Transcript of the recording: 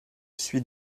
suis